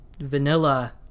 vanilla